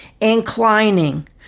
inclining